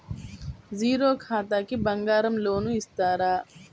Zero ఖాతాకి బంగారం loan ఇస్తారా?